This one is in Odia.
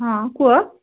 ହଁ କୁହ